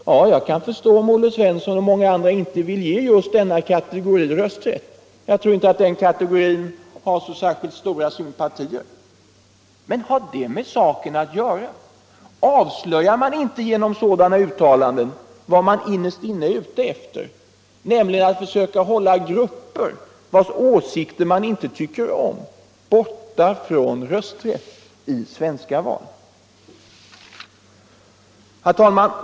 Jag kan förstå om Olle Svensson och många andra inte vill ge just den kategorin rösträtt — jag tror inte att den kategorin har så stora sympatier. Men har det med saken att göra? Avslöjar man inte genom sådana uttalanden ligen att hålla grupper, vilkas åsikter vad man innerst inne är ute efter, ni man inte tycker om, borta från rösträtt i svenska val? Herr talman!